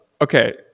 okay